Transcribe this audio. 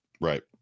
Right